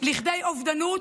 לכדי אובדנות,